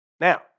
Now